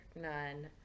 none